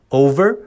over